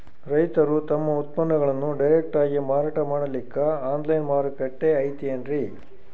ರೈತರು ತಮ್ಮ ಉತ್ಪನ್ನಗಳನ್ನು ಡೈರೆಕ್ಟ್ ಆಗಿ ಮಾರಾಟ ಮಾಡಲಿಕ್ಕ ಆನ್ಲೈನ್ ಮಾರುಕಟ್ಟೆ ಐತೇನ್ರೀ?